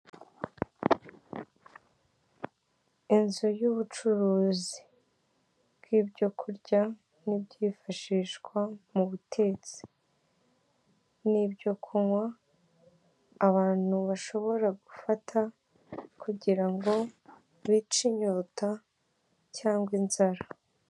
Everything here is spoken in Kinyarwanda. Inzu y'ubucuruzi bw'ibyo kurya n'ibyifashishwa mu butetsi n'ibyo kunywa, abantu bashobora gufata kugira ngo bice inyota cyangwa inzara.